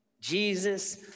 Jesus